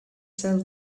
sell